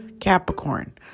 Capricorn